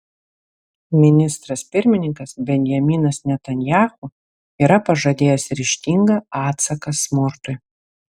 ministras pirmininkas benjaminas netanyahu yra pažadėjęs ryžtingą atsaką smurtui